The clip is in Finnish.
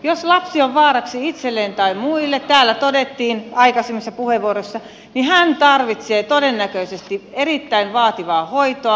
jos lapsi on vaaraksi itselleen tai muille kuten täällä todettiin aikaisemmissa puheenvuoroissa niin hän tarvitsee todennäköisesti erittäin vaativaa hoitoa